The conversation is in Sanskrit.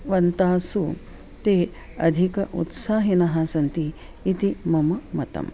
वन्तासु ते अधिकम् उत्साहिनः सन्ति इति मम मतम्